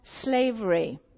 slavery